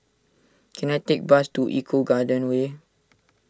can I take bus to Eco Garden Way